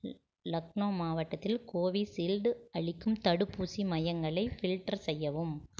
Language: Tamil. லக்னோ மாவட்டத்தில் கோவிஷீல்டு அளிக்கும் தடுப்பூசி மையங்களை ஃபில்டர் செய்யவும்